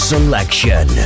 Selection